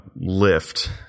lift